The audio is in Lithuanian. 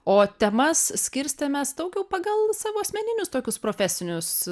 o temas skirstėmės daugiau pagal savo asmeninius tokius profesinius